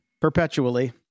perpetually